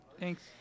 Thanks